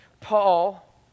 Paul